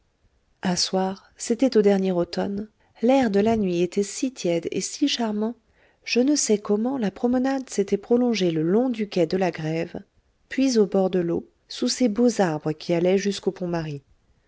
un soir c'était au dernier automne l'air de la nuit était si tiède et si charmant je ne sais comment la promenade s'était prolongée le long du quai de la grève puis au bord de l'eau sous ces beaux arbres qui allaient jusqu'au